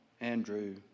Andrew